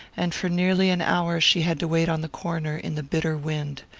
and for nearly an hour she had to wait on the corner in the bitter wind.